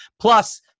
Plus